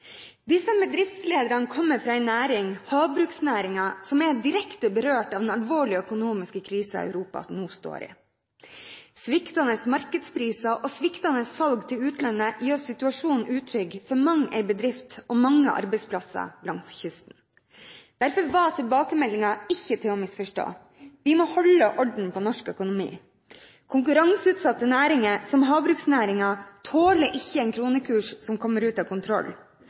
Disse bedriftslederne kommer fra en næring – havbruksnæringen – som er direkte berørt av den alvorlige økonomiske krisen Europa nå er i. Sviktende markedspriser og sviktende salg til utlandet gjør situasjonen utrygg for mang en bedrift og for mange arbeidsplasser langs kysten. Derfor var tilbakemeldingen ikke til å misforstå. Vi må holde orden på norsk økonomi. Konkurranseutsatte næringer, som havbruksnæringen, tåler ikke en kronekurs som kommer ut av kontroll,